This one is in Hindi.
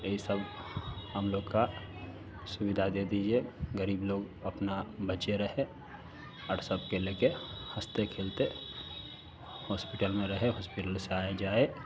ई सब हम लोग का सुविधा दे दीजिए गरीब लोग अपना बचे रहे और सब कर ले कर हँसते खेलते होस्पिटल में रहे हॉस्पिटल में आये जाए